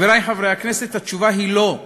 חברי חברי הכנסת, התשובה היא לא.